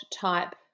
type